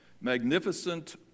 magnificent